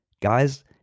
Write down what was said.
Guys